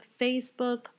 Facebook